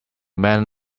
man